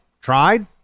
tried